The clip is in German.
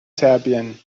serbien